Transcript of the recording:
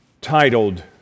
titled